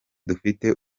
dufite